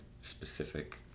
specific